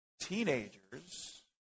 teenagers